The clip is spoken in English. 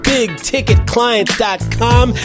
BigTicketClients.com